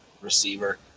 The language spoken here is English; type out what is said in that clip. receiver